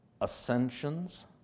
ascensions